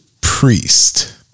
priest